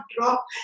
drop